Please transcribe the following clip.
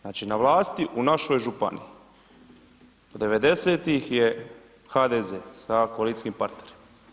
Znači na vlasti u našoj županiji od 90-ih je HDZ sa koalicijskim partnerima.